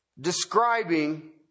describing